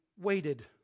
waited